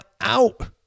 out